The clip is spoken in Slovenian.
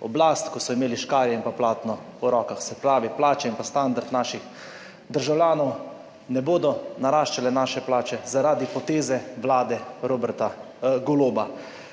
oblast, ko so imeli škarje in platno v rokah. Se pravi, plače in standard naših državljanov ne bodo naraščali, naše plače, zaradi poteze vlade Roberta Goloba.